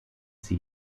sie